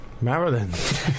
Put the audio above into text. Maryland